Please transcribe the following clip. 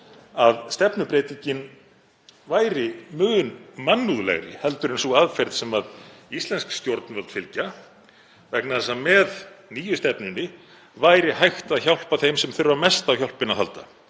að stefnubreytingin væri mun mannúðlegri en sú aðferð sem íslensk stjórnvöld fylgja vegna þess að með nýju stefnunni væri hægt að hjálpa þeim sem þurfa mest á hjálpinni að halda